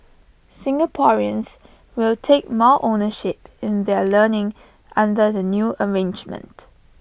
Singaporeans will take more ownership in their learning under the new arrangement